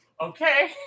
Okay